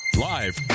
Live